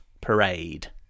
Parade